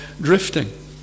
drifting